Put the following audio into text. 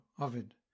OVID